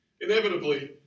inevitably